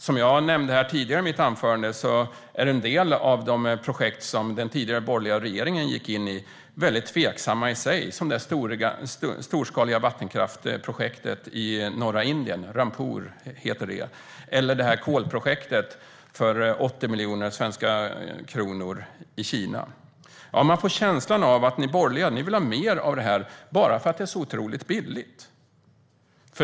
Som jag nämnde tidigare i mitt anförande är en del av de projekt som den tidigare borgerliga regeringen gick in i tveksamma i sig, till exempel det storskaliga vattenkraftsprojektet i Rampur i norra Indien eller kolprojektet i Kina för 80 miljoner kronor. Man får känslan av att ni borgerliga vill ha mer av det här bara för att det är så otroligt billigt.